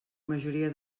majoria